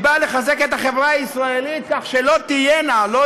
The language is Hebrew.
היא באה לחזק את החברה הישראלית כך שלא יהיה